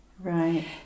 Right